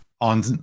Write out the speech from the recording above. on